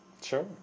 Sure